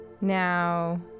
Now